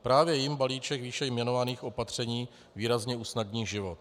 Právě jim balíček výše jmenovaných opatřeních výrazně usnadní život.